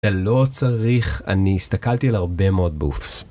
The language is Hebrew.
זה לא צריך, אני הסתכלתי על הרבה מאוד בופס.